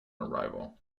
arrival